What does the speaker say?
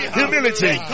humility